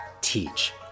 teach